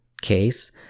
case